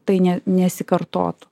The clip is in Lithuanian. tai ne nesikartotų